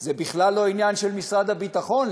זה בכלל לא עניין של משרד הביטחון.